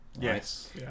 Yes